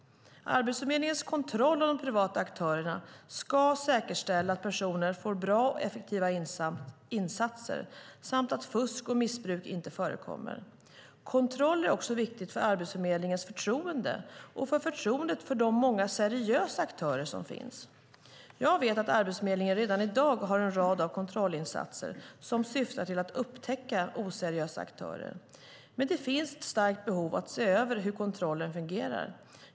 Arbetsförmedlingens kontroll av de privata aktörerna ska säkerställa att personer får bra och effektiva insatser samt att fusk och missbruk inte förekommer. Kontroll är också viktigt för Arbetsförmedlingens förtroende och för förtroendet för de många seriösa aktörer som finns. Jag vet att Arbetsförmedlingen redan i dag har en rad av kontrollinsatser som syftar till att upptäcka oseriösa aktörer, men det finns ett starkt behov av att se över hur kontrollen fungerar.